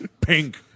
Pink